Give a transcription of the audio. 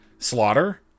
slaughter